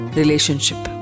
relationship